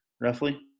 roughly